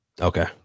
Okay